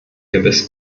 gewiss